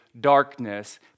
darkness